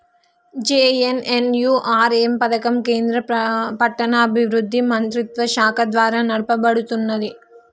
JNNURM పథకం కేంద్ర పట్టణాభివృద్ధి మంత్రిత్వశాఖ ద్వారా నడపబడుతున్నది